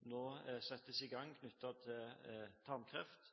nå settes i gang knyttet til tarmkreft.